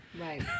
Right